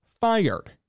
fired